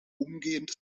umgehend